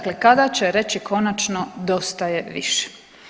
Kada će reći konačno dosta je više.